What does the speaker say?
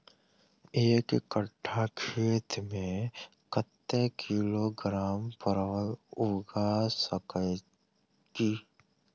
एक कट्ठा खेत मे कत्ते किलोग्राम परवल उगा सकय की??